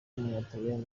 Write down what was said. w’umutaliyani